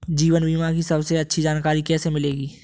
जीवन बीमा की सबसे अच्छी जानकारी कैसे मिलेगी?